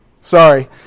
Sorry